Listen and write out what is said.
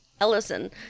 Ellison